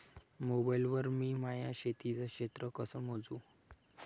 Mobile वर मी माया शेतीचं क्षेत्र कस मोजू?